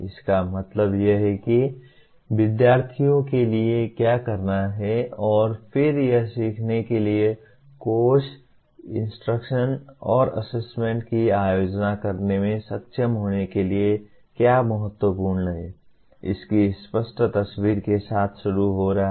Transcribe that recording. इसका मतलब यह है कि विद्यार्थियों के लिए क्या करना है और फिर यह सीखने के लिए कोर्स इंस्ट्रक्शन और असेसमेंट का आयोजन करने में सक्षम होने के लिए क्या महत्वपूर्ण है इसकी स्पष्ट तस्वीर के साथ शुरू हो रहा है